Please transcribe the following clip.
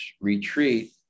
retreat